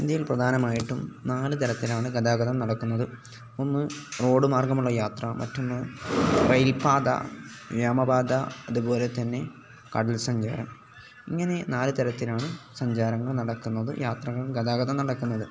ഇന്ത്യയിൽ പ്രധാനമായിട്ടും നാല് തരത്തിലാണ് ഗതാഗതം നടക്കുന്നത് ഒന്ന് റോഡ് മാർഗ്ഗമുള്ള യാത്ര മറ്റൊന്ന് റെയിൽ പാത വ്യോമപാത അതുപോലെ തന്നെ കടൽ സഞ്ചാരം ഇങ്ങനെ നാല് തരത്തിലാണ് സഞ്ചാരങ്ങൾ നടക്കുന്നത് യാത്രകൾ ഗതാഗതം നടക്കുന്നത്